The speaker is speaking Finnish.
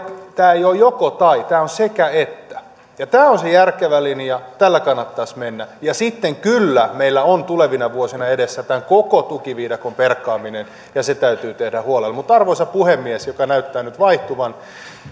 tämä ei ole joko tai tämä on sekä että tämä on se järkevä linja tällä kannattaisi mennä sitten kyllä meillä on tulevina vuosina edessä tämän koko tukiviidakon perkaaminen ja se täytyy tehdä huolella mutta arvoisa puhemies joka näyttää nyt vaihtuvan